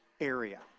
area